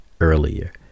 earlier